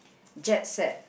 jet set